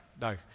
no